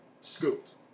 Scooped